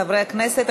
חברי הכנסת,